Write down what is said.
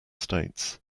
states